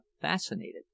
fascinated